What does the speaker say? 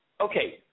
Okay